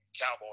cowboy